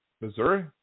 Missouri